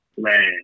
Man